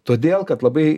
todėl kad labai